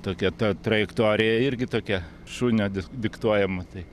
tokia ta trajektorija irgi tokia šunio di diktuojama tai